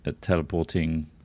teleporting